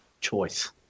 Choice